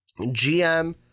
GM